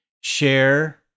share